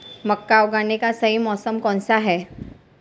मक्का उगाने का सही मौसम कौनसा है?